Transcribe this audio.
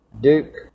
Duke